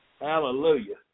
hallelujah